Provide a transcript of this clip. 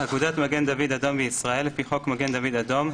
(5)אגודת מגן דוד אדום בישראל לפי חוק מגן דוד אדום,